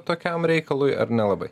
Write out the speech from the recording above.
tokiam reikalui ar nelabai